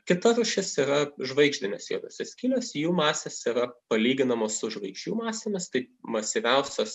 kita rūšis yra žvaigždinės juodosios skylės jų masės yra palyginamos su žvaigždžių masėmis tai masyviausios